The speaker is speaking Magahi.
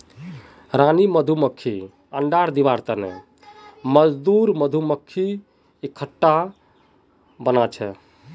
रानी मधुमक्खीक अंडा दिबार तने मजदूर मधुमक्खी एकटा कप बनाछेक